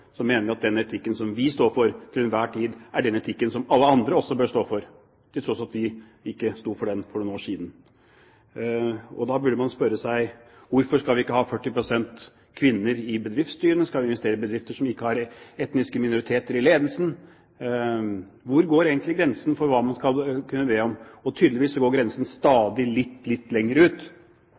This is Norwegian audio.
mener vi at den etikken som vi står for til enhver tid, er den etikken som alle andre også bør stå for, til tross for at vi ikke sto for den for noen år siden. Da burde man spørre seg: Hvorfor skal vi ikke ha 40 pst. kvinner i bedriftsstyrene? Skal vi investere i bedrifter som ikke har etniske minoriteter i ledelsen? Hvor går egentlig grensen for hva man skal kunne be om? Tydeligvis går grensen stadig litt lenger ut.